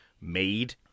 made